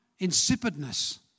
insipidness